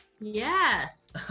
yes